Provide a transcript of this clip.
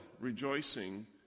rejoicing